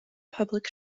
public